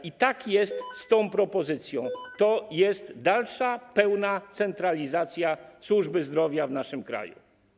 I tak jest z tą propozycją, to jest dalsza, pełna centralizacja służby zdrowia w naszym kraju.